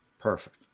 Perfect